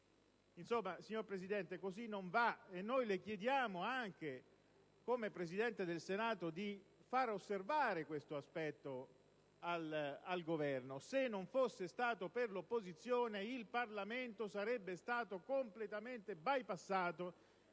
Insomma, signor Presidente, così non va, e noi le chiediamo, anche in qualità di Presidente del Senato, di far osservare al Governo questo aspetto. Se non fosse stato per l'opposizione, il Parlamento sarebbe stato completamente bypassato